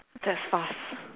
that's fast